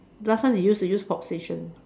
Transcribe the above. last time they used to use POP station